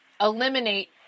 eliminate